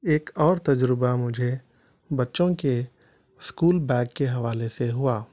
ایک اور تجربہ مجھے بچوں کے اسکول بیگ کے حوالے سے ہوا